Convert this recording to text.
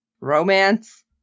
romance